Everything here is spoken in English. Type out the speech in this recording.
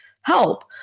help